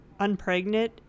Unpregnant